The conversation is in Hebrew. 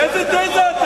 איזה תזה?